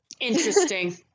Interesting